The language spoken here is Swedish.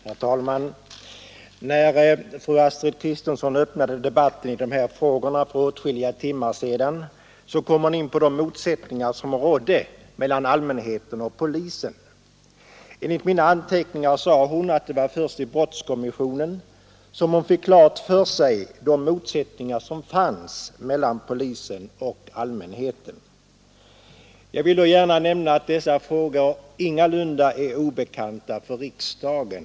Herr talman! När fru Astrid Kristensson öppnade debatten i de här frågorna för åtskilliga timmar sedan kom hon in på de motsättningar som råder mellan allmänheten och polisen. Enligt mina anteckningar sade hon då att det var först i brottskommissionen som hon fick klart för sig de motsättningar som finns mellan polisen och allmänheten. Jag vill då gärna nämna att dessa frågor ingalunda är obekanta för riksdagen.